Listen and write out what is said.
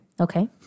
Okay